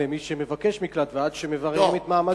זה ניתן למי שמבקש מקלט ועד שמבררים את מעמדו,